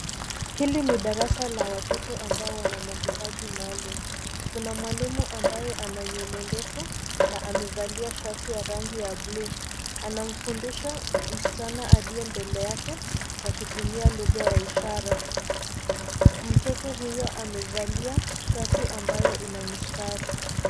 Hili ni darasa la watoto ambao wana mahitaji maalum. Kuna mwalimu ambaye ana nywele ndefu na amevalia shati la rangi ya blue . Anamfundisha msichana aliye mbele yake kwa kutumia lugha ya ishara. Mtoto huyo amevalia shati ambayo ina mistari.